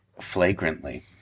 flagrantly